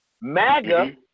MAGA